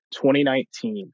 2019